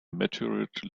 meteorite